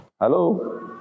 Hello